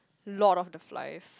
Lord-of-the-Flies